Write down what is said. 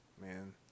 man